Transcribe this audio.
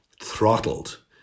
throttled